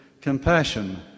Compassion